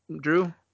Drew